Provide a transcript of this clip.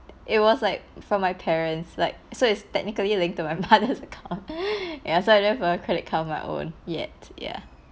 it was like from my parents like so it's technically linked to my mother's account ya so I didn't have credit card of my own yet ya